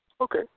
Okay